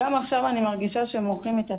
גם עכשיו אני מרגישה שמורחים את התיק.